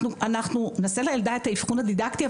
אנחנו נעשה לילדה את האבחון דידקטי,